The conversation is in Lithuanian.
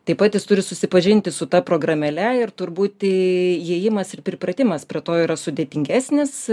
taip pat jis turi susipažinti su ta programėle ir turbūt i įėjimas ir pripratimas prie to yra sudėtingesnis